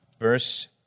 verse